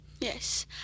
Yes